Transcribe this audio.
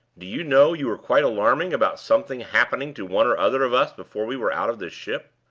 do you know you were quite alarming about something happening to one or other of us before we were out of this ship?